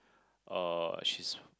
uh she's